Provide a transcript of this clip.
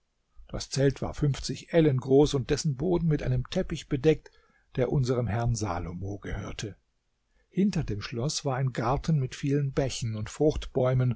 das zelt war fünfzig ellen groß und dessen boden mit einem teppich bedeckt der unserem herrn salomo gehörte hinter dem schloß war ein garten mit vielen bächen und